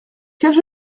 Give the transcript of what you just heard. quelle